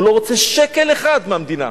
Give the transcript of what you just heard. הוא לא רוצה שקל אחד מהמדינה.